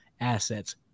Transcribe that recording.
assets